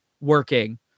working